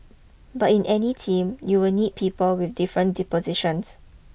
but in any team you will need people with different dispositions